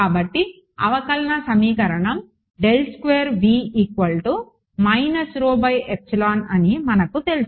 కాబట్టి అవకలన సమీకరణం అని మనకు తెలుసు